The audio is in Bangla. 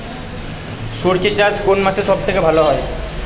সর্ষে চাষ কোন মাসে সব থেকে ভালো হয়?